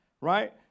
right